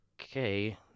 okay